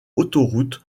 autoroute